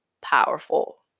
powerful